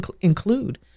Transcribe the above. include